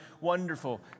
wonderful